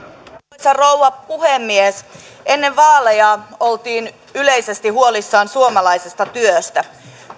arvoisa rouva puhemies ennen vaaleja oltiin yleisesti huolissaan suomalaisesta työstä